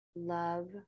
Love